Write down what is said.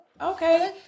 okay